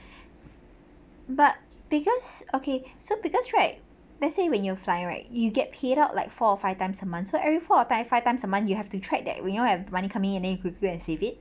but because okay so because right let's say when you're flying right you get paid out like four or five times a month so every four or five times a month you have to track that you know have come in then you could go and save it